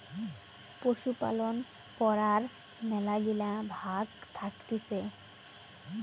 পশুপালন পড়ার মেলাগিলা ভাগ্ থাকতিছে